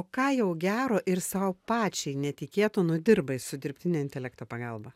o ką jau gero ir sau pačiai netikėto nudirbai su dirbtinio intelekto pagalba